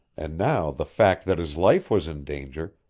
and now the fact that his life was in danger,